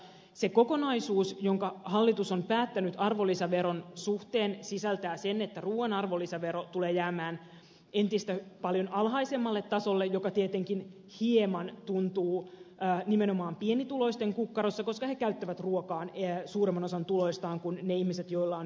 se kokonaisuus jonka hallitus on päättänyt arvonlisäveron suhteen sisältää sen että ruuan arvonlisävero tulee jäämään entistä paljon alhaisemmalle tasolle joka tietenkin hieman tuntuu nimenomaan pienituloisten kukkarossa koska he käyttävät ruokaan suuremman osan tuloistaan kuin ne ihmiset joilla on hyvät tulot